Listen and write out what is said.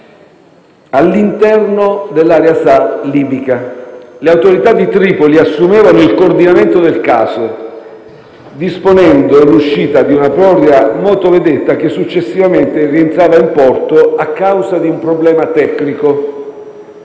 all'interno dell'area SAR libica. Le autorità di Tripoli assumevano il coordinamento del caso, disponendo l'uscita di una propria motovedetta, che successivamente rientrava in porto a causa di un problema tecnico.